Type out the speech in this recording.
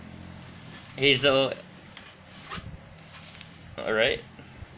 hazel alright